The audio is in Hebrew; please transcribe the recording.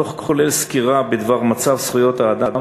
הדוח כולל סקירה בדבר מצב זכויות האדם